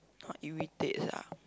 orh irritate sia